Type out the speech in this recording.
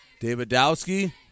Davidowski